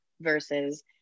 versus